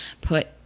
put